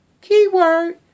keyword